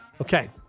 Okay